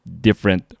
different